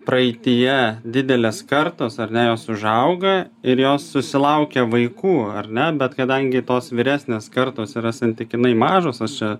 praeityje didelės kartos ar ne jos užauga ir jos susilaukia vaikų ar ne bet kadangi tos vyresnės kartos yra santykinai mažos aš čia